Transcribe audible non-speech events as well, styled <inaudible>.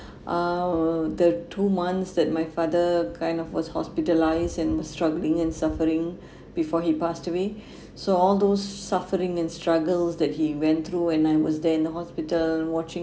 <breath> uh the two months that my father kind of was hospitalised and struggling and suffering <breath> before he passed away <breath> so all those suffering and struggles that he went through and I was there in the hospital watching